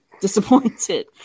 disappointed